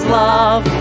love